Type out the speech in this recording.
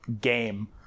game